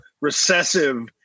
recessive